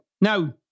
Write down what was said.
Now